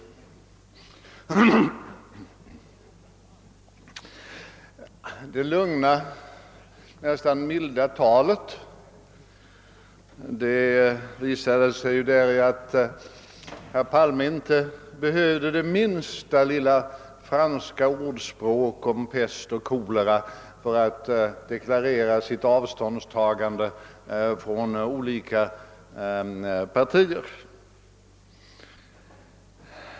Det lugna, nästan milda talet visade sig däri att herr Palme inte behövde det minsta lilla franska ordspråk om pest och kolera för att deklarera sitt avståndstagande från olika partier.